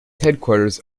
headquarters